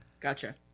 Gotcha